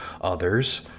others